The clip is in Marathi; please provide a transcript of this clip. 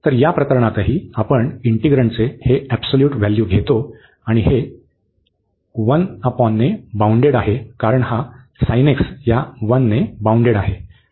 तर या प्रकरणातही आपण इंटिग्रण्डचे हे ऍब्सल्यूट व्हॅल्यू घेतो आणि हे 1 ओव्हरने बाउंडेड आहे कारण हा या 1 ने बाउंडेड आहे